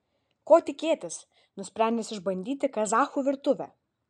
ko tikėtis nusprendęs išbandyti kazachų virtuvę